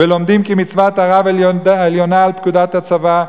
"לומדים כי מצוות הרב עליונה על פקודות הצבא.